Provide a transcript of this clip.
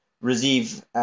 receive